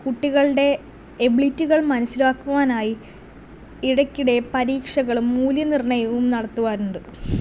കുട്ടികളുടെ എബിലിറ്റികൾ മനസ്സിലാക്കുവാനായി ഇടക്കിടെ പരീക്ഷകളും മൂല്യനിർണയവും നടത്തുവാറുണ്ട്